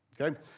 Okay